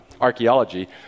archaeology